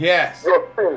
Yes